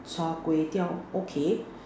Char-Kway-Teow okay